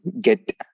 get